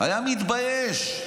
היה מתבייש.